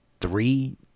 three